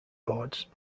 boards